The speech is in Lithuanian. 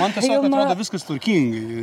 man tiesiog atrodo viskas tvarkingai